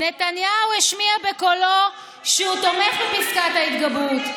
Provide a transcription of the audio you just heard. "נתניהו השמיע בקולו שהוא תומך בפסקת ההתגברות.